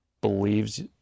believes